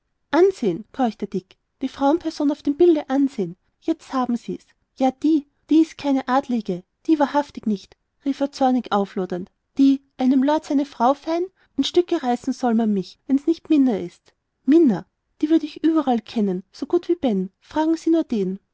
ansehen keuchte dick die frauensperson auf dem bilde ansehen jetzt haben sie's ja die die die ist keine adlige die wahrhaftig nicht rief er zornig auflodernd die einem lord seine frau fein in stücke reißen soll man mich wenn's nicht minna ist minna die würd ich überall erkennen so gut wie ben fragen sie nur den